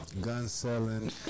gun-selling